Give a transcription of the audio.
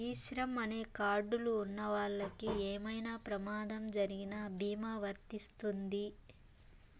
ఈ శ్రమ్ అనే కార్డ్ లు ఉన్నవాళ్ళకి ఏమైనా ప్రమాదం జరిగిన భీమా వర్తిస్తుంది